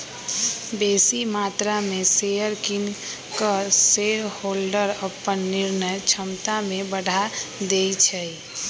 बेशी मत्रा में शेयर किन कऽ शेरहोल्डर अप्पन निर्णय क्षमता में बढ़ा देइ छै